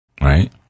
Right